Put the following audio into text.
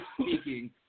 speaking